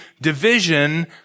division